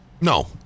No